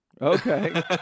Okay